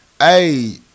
hey